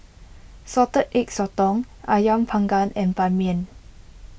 Salted Egg Sotong Ayam Panggang and Ban Mian